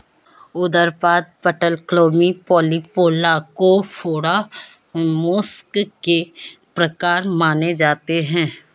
उदरपाद, पटलक्लोमी, Polyplacophora, mollusc के प्रकार माने जाते है